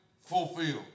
fulfilled